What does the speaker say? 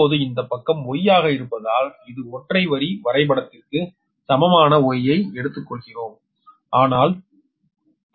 இப்போது இந்த பக்கம் Y ஆக இருப்பதால் இது ஒற்றை வரி வரைபடத்திற்கு சமமான Y ஐ எடுத்துக்கொள்கிறோம் ஆனால் not அல்ல